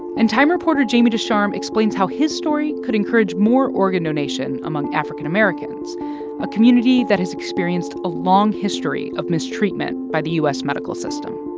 and time reporter jamie ducharme explains how his story could encourage more organ donation among african americans a community that has experienced a long history of mistreatment by the u s. medical system